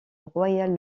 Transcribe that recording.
royal